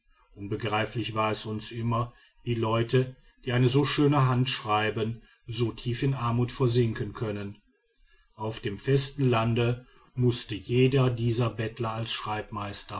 unbegreiflich war es uns immer wie leute die eine so schöne hand schreiben so tief in armut versinken können auf dem festen lande müßte jeder dieser bettler als